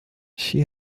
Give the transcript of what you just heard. she